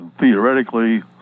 theoretically